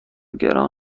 گران